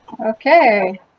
Okay